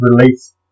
release